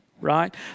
right